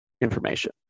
information